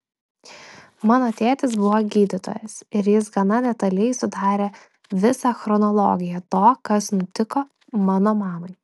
mano tėtis buvo gydytojas ir jis gana detaliai sudarė visą chronologiją to kas nutiko mano mamai